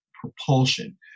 propulsion